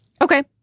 Okay